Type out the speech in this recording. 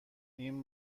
این